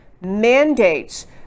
mandates